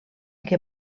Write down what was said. que